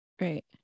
Right